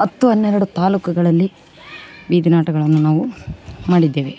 ಹತ್ತು ಹನ್ನೆರಡು ತಾಲೂಕುಗಳಲ್ಲಿ ಬೀದಿ ನಾಟಗಳನ್ನು ನಾವು ಮಾಡಿದ್ದೇವೆ